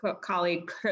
colleague